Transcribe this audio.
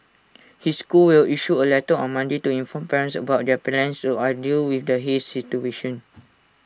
his school will issue A letter on Monday to inform parents about their plans to ideal with the haze situation